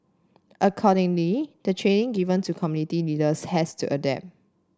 accordingly the training given to community leaders has to adapt